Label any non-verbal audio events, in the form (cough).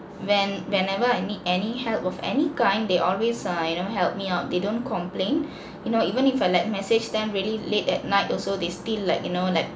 when whenever I need any help of any kind they always err you know helped me out they don't complain (breath) you know even if I like message them really late at night also they still like you know like